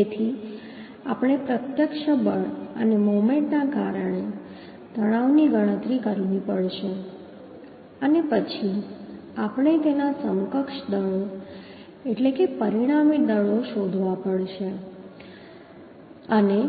તેથી આપણે પ્રત્યક્ષ બળ અને મોમેન્ટના કારણે તણાવની ગણતરી કરવી પડશે અને પછી આપણે તેના સમકક્ષ દળો એટલે કે પરિણામી દળો શોધવા પડશે અને